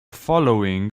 following